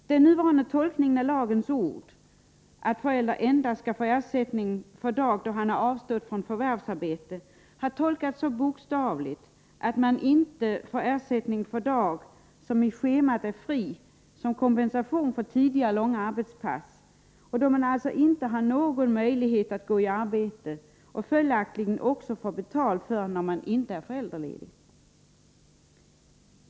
Den nuvarande tolkningen av lagens ord, att förälder endast skall få ersättning för dag då han avstått från förvärvsarbete, har tolkats så bokstavligt att man inte får ersättning för dag som i schemat är fri som kompensation för tidigare långa arbetspass, då man alltså inte har någon möjlighet att arbeta och ändå får betalt, om man inte är föräldraledig.